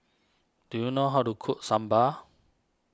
do you know how to cook Sambar